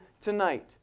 tonight